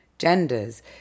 genders